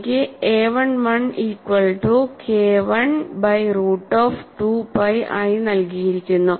എനിക്ക് AI1 equal to KI by root of 2 pi ആയി നൽകിയിരിക്കുന്നു